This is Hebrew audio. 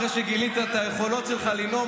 אחרי שגילית את היכולות שלך לנאום,